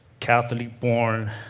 Catholic-born